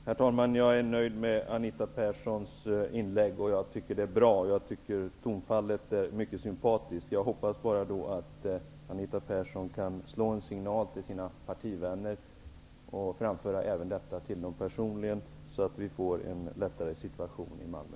Herr talman! Jag är nöjd med Anita Perssons inlägg, och jag tycker att det var bra. Tonfallet var mycket sympatiskt. Jag hoppas bara att Anita Persson kan slå en signal till sina partivänner och framföra detta till dem även personligen, så att vi får en lättare situation i Malmö.